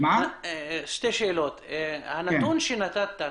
הנתון שנתת,